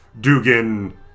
Dugan